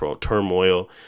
turmoil